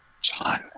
John